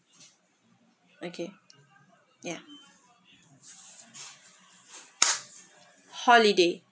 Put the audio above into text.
okay ya holiday